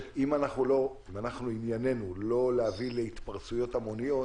שאם ענייננו הוא לא להביא להתפרצויות המוניות,